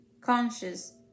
conscious